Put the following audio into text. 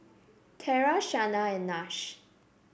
Tera Shanna and Nash